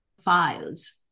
files